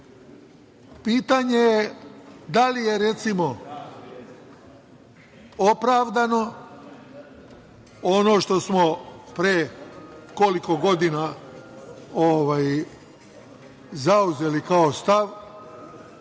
sistema. Pitanje je da li je, recimo, opravdano ono što smo pre nekoliko godina zauzeli kao stav,